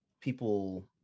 people